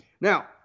Now –